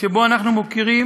שבו אנחנו מוקירים